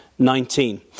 19